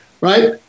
right